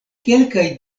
kelkaj